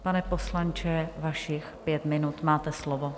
Pane poslanče, vašich pět minut, máte slovo.